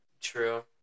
True